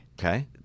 Okay